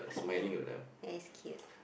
ya and it's cute